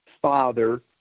father